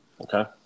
okay